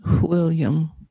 William